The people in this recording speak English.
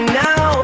now